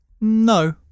no